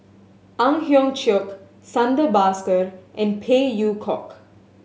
Ang Hiong Chiok Santha Bhaskar and Phey Yew Kok